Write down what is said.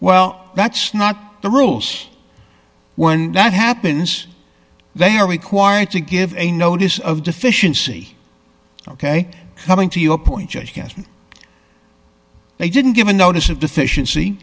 well that's not the rules when that happens they are required to give a notice of deficiency ok coming to your point judge cashman they didn't give a notice of deficiency